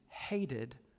hated